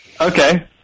Okay